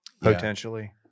potentially